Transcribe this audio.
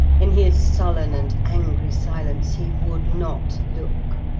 in his sullen and angry silence he would not look.